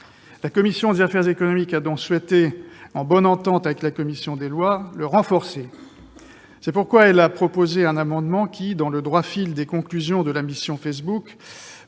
La commission des affaires économiques a donc souhaité, en bonne entente avec la commission des lois, renforcer ce mécanisme. C'est pourquoi elle a proposé un amendement qui, dans le droit fil des conclusions de la « mission Facebook